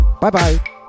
Bye-bye